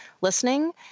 listening